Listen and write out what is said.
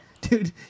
Dude